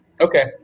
Okay